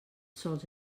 sols